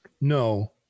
No